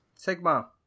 Sigma